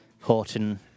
Horton